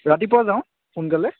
ৰাতিপুৱা যাওঁ সোনকালে